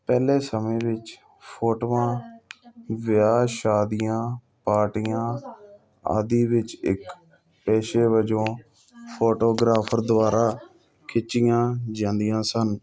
ਪਹਿਲੇ ਸਮੇਂ ਵਿੱਚ ਫੋਟੋਆਂ ਵਿਆਹ ਸ਼ਾਦੀਆਂ ਪਾਰਟੀਆਂ ਆਦਿ ਵਿੱਚ ਇੱਕ ਪੇਸ਼ੇ ਵਜੋਂ ਫੋਟੋਗ੍ਰਾਫਰ ਦੁਆਰਾ ਖਿੱਚੀਆਂ ਜਾਂਦੀਆਂ ਸਨ